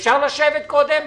אפשר לשבת קודם,